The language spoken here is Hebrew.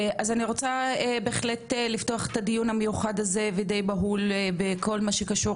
אני רוצה לפתוח את הדיון המיוחד הזה והדי בהול בכל מה שקשור